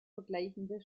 vergleichende